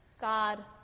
God